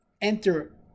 enter